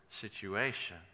situation